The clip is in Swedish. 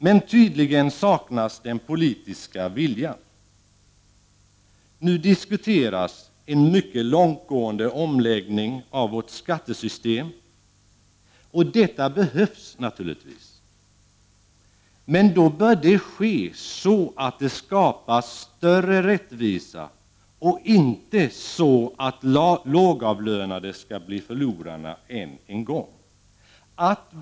Men tydligen saknas den politiska viljan. Nu diskuteras en mycket långtgående omläggning av vårt skattesystem. Detta behövs naturligtvis. Men då bör det ske så att det skapas större rättvisa och inte så att lågavlönade skall bli förlorarna än en gång.